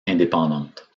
indépendantes